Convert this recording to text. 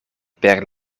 per